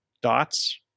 dots